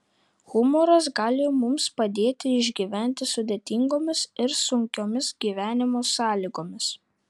humoras gali mums padėti išgyventi sudėtingomis ir sunkiomis gyvenimo sąlygomis